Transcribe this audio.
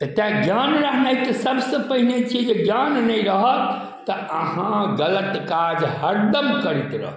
तऽ तैं ज्ञान रहनाइ तऽ सबसे पहिने छै जे ज्ञान नहि रहत तऽ अहाँ गलत काज हरदम करैत रहबै